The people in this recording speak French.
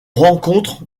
rencontre